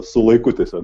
su laiku tiesiog